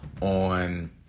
on